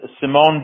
Simone